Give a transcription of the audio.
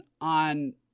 on